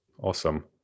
Awesome